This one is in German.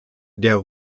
der